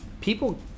people